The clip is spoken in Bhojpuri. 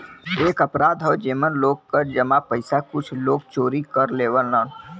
एक अपराध हौ जेमन लोग क जमा पइसा कुछ लोग चोरी कर लेवलन